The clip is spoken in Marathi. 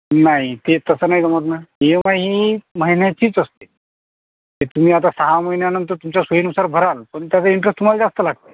नाही ते तसं नाही जमत ना ई एम आय ही महिन्याचीच असते ते तुम्ही आता सहा महिन्यानंतर तुमच्या सोयीनुसार भराल पण त्याचे इंटरेस्ट तुम्हाला जास्त लागते